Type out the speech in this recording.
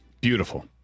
Beautiful